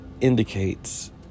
indicates